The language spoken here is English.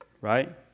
right